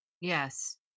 Yes